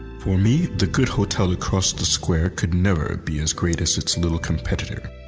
for me, the good hotel across the square could never be as great as its little competitor,